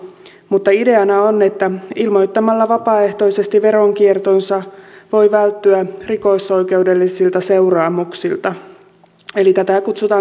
mutta ideana on että ilmoittamalla vapaaehtoisesti veronkiertonsa voi välttyä rikosoikeudellisilta seuraamuksilta eli tätä kutsutaan tehokkaaksi katumiseksi